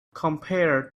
compared